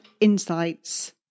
insights